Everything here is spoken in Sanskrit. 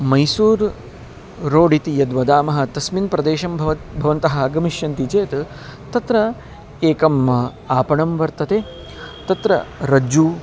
मैसूर् रोड् इति यद्वदामः तस्मिन् प्रदेशं भवन्तः आगमिष्यन्ति चेत् तत्र एकम् आपणं वर्तते तत्र रज्जुः